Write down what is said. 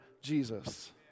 Jesus